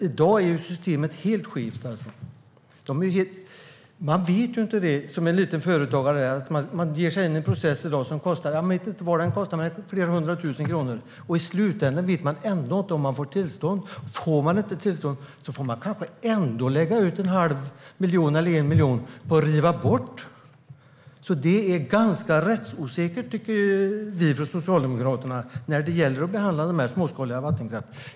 I dag är systemet helt skevt. Om man som liten företagare ger sig in i processer vet man inte vad det kostar, men det är fråga om flera hundra tusen kronor, och i slutändan vet man ändå inte om man får tillstånd. Får man inte tillstånd får man kanske lägga ut en halv miljon eller 1 miljon på att riva bort. Det är ett ganska rättsosäkert sätt att behandla den småskaliga vattenkraften, tycker vi från Socialdemokraterna.